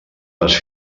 les